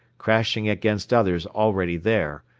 crashing against others already there,